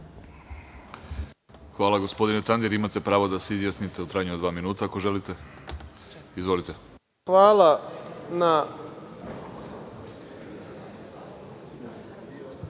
Hvala, gospodine Tandir. Imate pravo da se izjasnite u trajanju od dva minuta, ako želite. Izvolite. **Samir